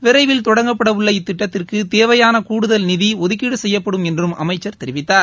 விரைவில் தொடங்கப்படவுள்ள இத்திட்டத்திற்கு தேவையான கூடுதல் நிதி ஒதுக்கீடு செய்யப்படும் என்றும் அமைச்சர் தெரிவித்தார்